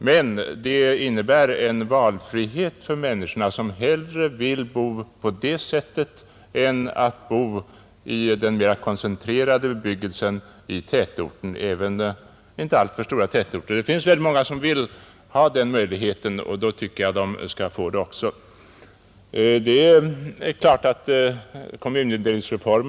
Men det innebär en valfrihet för de människor som hellre vill bo på det sättet än bo i den mer koncentrerade bebyggelsen i tätorterna — även de ganska små tätorterna, Det finns många som vill ha den möjligheten, och jag tycker att de också skall få bo på det sättet.